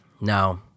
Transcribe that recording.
No